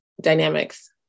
dynamics